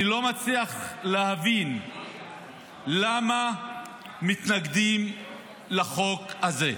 אני לא מצליח להבין למה מתנגדים לחוק הזה.